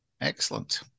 Excellent